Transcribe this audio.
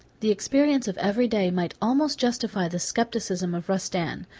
the experience of every day might almost justify the scepticism of rustan.